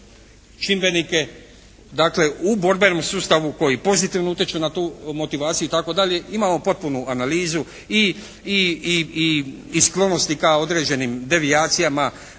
čimbenike dakle u borbenom sustavu koji pozitivno utječu na tu motivaciju itd., imamo potpunu analizu. I sklonosti ka određenim devijacijama,